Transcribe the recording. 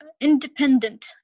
independent